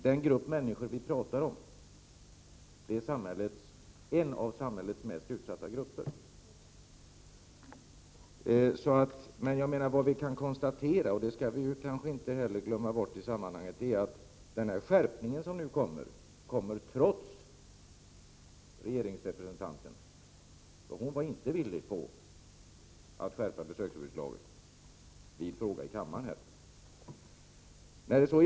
Den grupp vi talar om är nämligen en av samhällets mest utsatta grupper. Vi skall inte heller glömma bort i det här sammanhanget att den skärpning som kommer kommer trots regeringsrepresentanten, för hon var inte villig att skärpa besöksförbudslagen vid en frågedebatt här i kammaren.